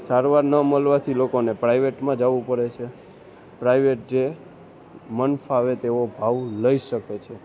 સારવાર ન મળવાથી લોકોને પ્રાઇવેટમાં જાવું પડે છે પ્રાઇવેટ જે મન ફાવે તેવો ભાવ લઈ શકે છે